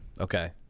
okay